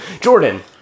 Jordan